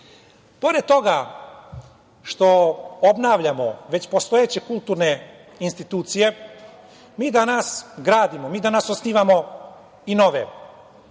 toga što obnavljamo već postojeće kulturne institucije, mi danas gradimo, mi danas osnivamo i nove. Samo ću se